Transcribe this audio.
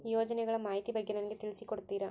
ಯೋಜನೆಗಳ ಮಾಹಿತಿ ಬಗ್ಗೆ ನನಗೆ ತಿಳಿಸಿ ಕೊಡ್ತೇರಾ?